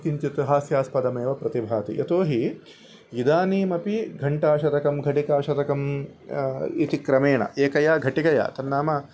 किञ्चित् हास्यास्पदमेव प्रतिभाति यतोहि इदानीमपि घण्टाशतकं घटिकाशतकम् इति क्रमेण एकया घटिकया तन्नाम